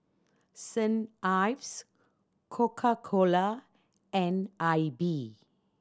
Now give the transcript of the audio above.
Saint Ives Coca Cola and Aibi